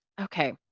okay